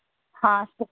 ہاں سب